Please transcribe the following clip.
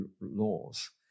laws